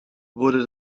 wurde